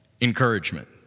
encouragement